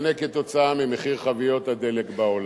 משתנה כתוצאה ממחיר חביות הדלק בעולם,